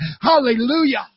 Hallelujah